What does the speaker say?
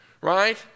right